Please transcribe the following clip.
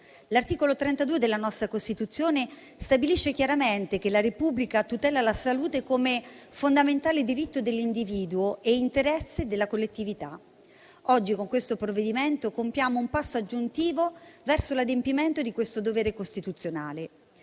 L'articolo 32 della nostra Costituzione stabilisce chiaramente che la Repubblica tutela la salute come fondamentale diritto dell'individuo e interesse della collettività. Oggi, con questo provvedimento, compiamo un passo aggiuntivo verso l'adempimento di questo dovere costituzionale.